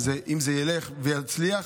אם זה ילך ויצליח.